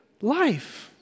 life